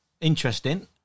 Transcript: Interesting